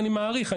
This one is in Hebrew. אני מעריך,